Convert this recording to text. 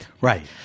Right